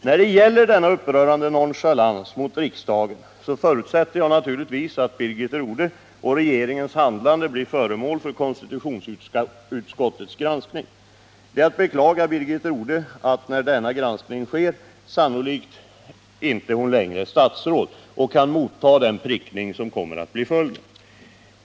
När det gäller denna upprörande nonchalans mot riksdagen förutsätter jag att Birgit Rodhes och regeringens handlande blir föremål för konstitutionsutskottets granskning. Det är att beklaga att Birgit Rodhe när denna granskning sker sannolikt inte längre är statsråd, så att hon kan motta den prickning av statsrådet som måste bli följden.